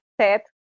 set